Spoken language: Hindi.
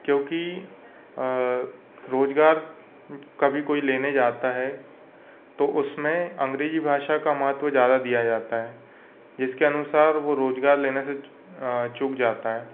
क्योंकि रोजगार कभी कोई लेने जाता है तो उसमें अंग्रेजी भाषा का महत्त्व ज़्यादा दिया जाता है जिसके अनुसार वो रोजगार लेने से चूक जाता है